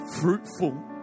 fruitful